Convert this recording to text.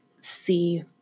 see